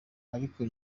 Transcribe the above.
ariko